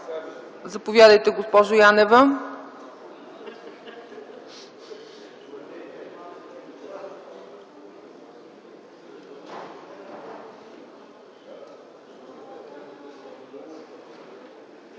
Заповядайте, госпожо Янева.